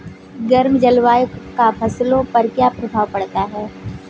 गर्म जलवायु का फसलों पर क्या प्रभाव पड़ता है?